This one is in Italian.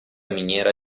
miniera